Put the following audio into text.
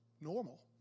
normal